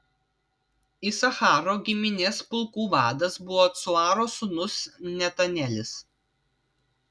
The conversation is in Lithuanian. isacharo giminės pulkų vadas buvo cuaro sūnus netanelis